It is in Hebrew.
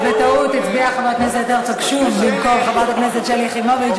אז בטעות הצביע חבר הכנסת הרצוג שוב במקום חברת הכנסת שלי יחימוביץ,